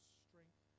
strength